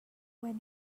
when